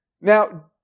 Now